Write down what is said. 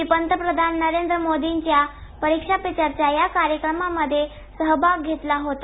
मी पंतप्रधान नरेंद्र मोदींच्या परीक्षा पे चर्चा या कार्यक्रमात सहभाग घेतला होता